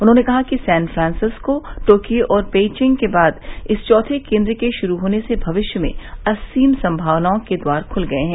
उन्होंने कहा कि सैन फ्रांसस्किो टोक्यो और पेइविंग के बाद इस चौथे केन्द्र के शुरू होने से भविष्य में असीम संमावनाओं के द्वारा खुल गये हैं